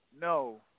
No